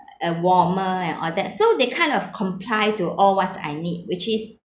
a warmer and all that so they kind of comply to all what I need which is